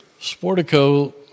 Sportico